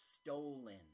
stolen